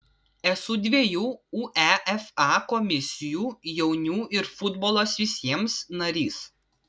esu dviejų uefa komisijų jaunių ir futbolas visiems narys